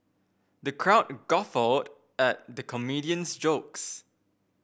the crowd guffawed at the comedian's jokes